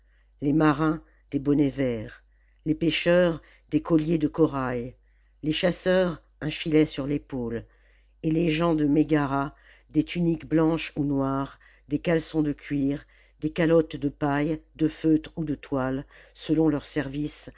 les marins des bonnets verts les pêcheurs des colliers de corail les chasseurs un filet sur l'épaule et les gens de mégara des tuniques blanches ou noires des caleçons de cuir des calottes de paille de feutre ou de toile selon leur service